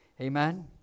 Amen